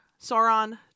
Sauron